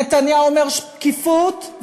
נתניהו אומר שקיפות,